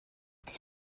das